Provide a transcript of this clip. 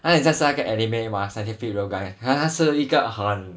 他就是很想那个 anime mah scientific railgun 他是一个很